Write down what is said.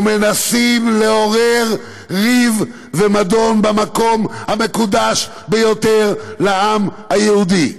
ומנסים לעורר ריב ומדון במקום המקודש ביותר לעם היהודי.